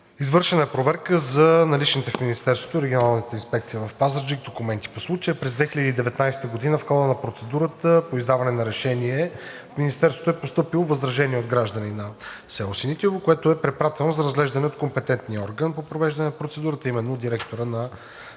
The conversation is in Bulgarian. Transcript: Извършена е проверка за наличните документи в Министерството – Регионалната инспекция в Пазарджик, и през 2019 г. в хода на процедурата по издаване на решение в Министерството е постъпило възражение от граждани на село Синитово, което е препратено за разглеждане от компетентния орган по провеждане на процедурата, а именно директора на РИОСВ